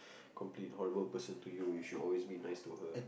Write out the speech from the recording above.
complete horrible person to you you should always be nice to her